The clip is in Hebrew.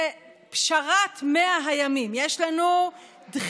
זה "פשרת 100 הימים": יש לנו דחיית